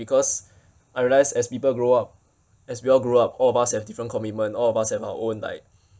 because I realised as people grow up as we all grow up all of us have different commitment all of us have our own like